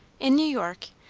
in new york,